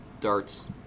darts